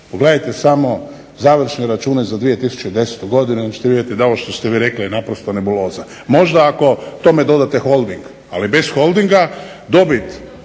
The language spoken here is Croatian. Pogledajte samo završne račune za 2010. godinu i onda ćete vidjeti da ovo što ste vi rekli je naprosto nebuloza. Možda ako tome dodate Holding, ali bez Holdinga dobit